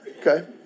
Okay